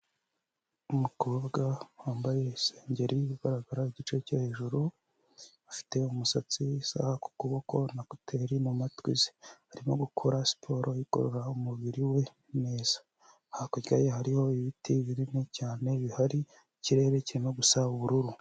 Umukobwa wambaye isengeri ugaragara igice cyo hejuru, afite umusatsi isaha ku kuboko na kuteri mu mumatwi ze, arimo gukora siporo igorora umubiri we neza, hakurya ye hariho ibiti binini cyane bihari, ikirere kirimo gusa ubururu.